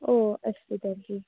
ओ अस्तु तर्हि